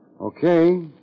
Okay